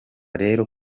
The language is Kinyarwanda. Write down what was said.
rero